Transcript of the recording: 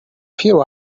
few